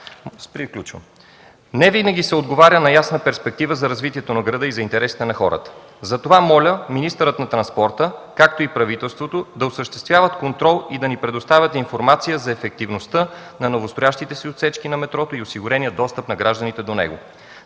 Невинаги се отговаря на ясна перспектива за развитието на града и интересите на хората. Затова моля министърът на транспорта, както и правителството, да осъществяват контрол и да ни предоставят информация за ефективността на новостроящите се отсечки на метрото и осигурения достъп на гражданите до него.